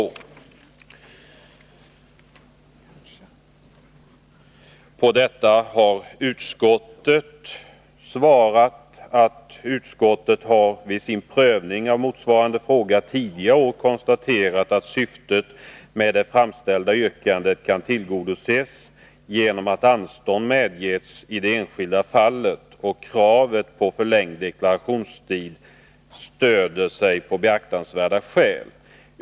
På detta har utskottet svarat: ”Utskottet har vid sin prövning av motsvarande fråga tidigare år konstaterat att syftet med det framställda yrkandet kan tillgodoses genom att anstånd medges i det enskilda fallet, om kravet på en förlängd deklarationstid stöder sig på beaktansvärda skäl.